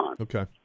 Okay